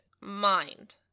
mind